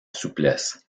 souplesse